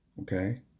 okay